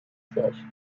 siège